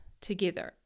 together